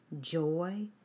joy